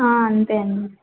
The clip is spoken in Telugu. అంతే అండీ